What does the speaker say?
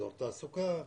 אזור תעסוקה,